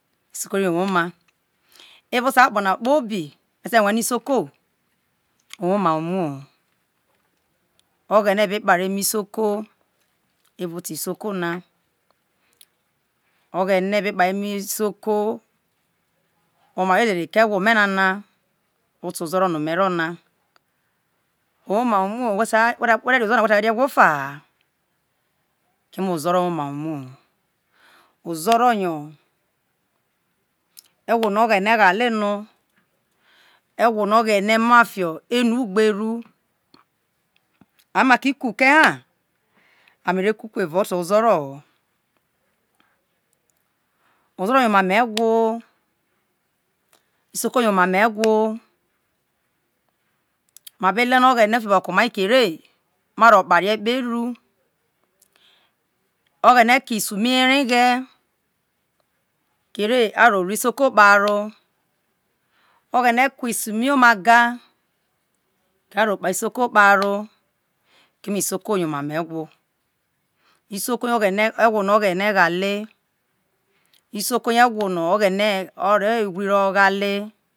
isoko ri woma evau oto̱ akpo̱ na kpobi me te rui no isoko owoma ho umoho ayhane be kpare emo lauko evão oto isuko o̱ghens kpal emo isoko omai de de re koegwome nang oto o̱zoro no me ro ns, owo̱ma ho umroho we ta, wete rca ororo na no we to ria e̱guo̱ of a ha kemu ozure woma ho umuono, oglu ne orove yoo gowo ho ogheme ghale no ma fino ehu ugberh amske ku ke hd amere ku te evao oto ozoro yo isoko yo ozoro so omanio egwo omam egwo ma be le no o̱ghe̱ne̱ fi oboho ke omai re ma ro̱ kparie kperu ogheme ke isu mi ereghe kere ro luisoko kpere o̱ghe̱ne̱ kuisu mi oma ga kere okpai isoko kparo kee isoko yo̱ oma mo̱ egwo isoko yo̱ egwo no o̱ghe̱ne̱ o̱ghale̱ isoko yo egwo̱ no̱ o̱ro̱ ewri ro ghale.